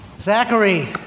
Zachary